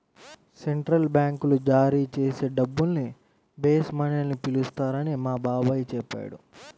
central బ్యాంకులు జారీ చేసే డబ్బుల్ని బేస్ మనీ అని పిలుస్తారని మా బాబాయి చెప్పాడు